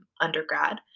undergrad